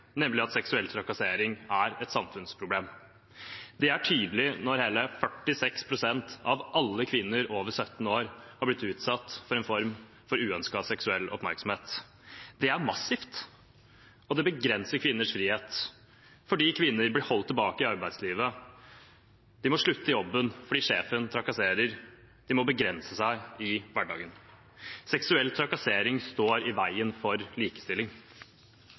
nemlig at seksuell trakassering er et samfunnsproblem. Det er tydelig når hele 46 pst. av alle kvinner over 17 år har blitt utsatt for en form for uønsket seksuell oppmerksomhet. Det er massivt. Og det begrenser kvinners frihet – for kvinner blir holdt tilbake i arbeidslivet, de må slutte i jobben fordi sjefen trakasserer, de må begrense seg i hverdagen. Seksuell trakassering står i veien for likestilling.